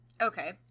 Okay